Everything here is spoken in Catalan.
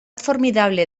formidable